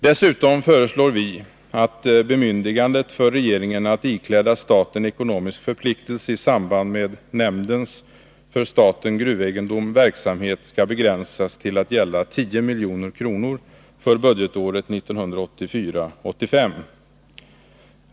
Dessutom föreslår vi att bemyndigandet för regeringen att ikläda staten ekonomisk förpliktelse i samband med nämndens för statens gruvegendom verksamhet skall begränsas till att gälla 10 milj.kr. för budgetåret 1984/85.